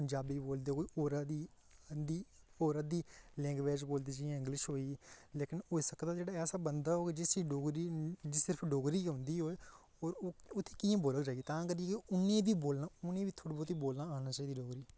पंजाबी बोलदे होर अद्धी लैंववेज बोलदे जियां ईइंगलिश होई लेकिन ऐसा बंदा होग जिसी सिर्फ डोगरी गै औंदी होग और ओह् उत्थें कियां बोलग तां करियै उनेंगी बी थोह्ड़ी बौह्त बोलना औंना चाही दी डोगरी